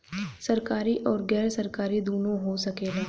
सरकारी आउर गैर सरकारी दुन्नो हो सकेला